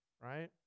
Right